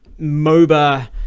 moba